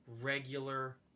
regular